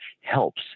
helps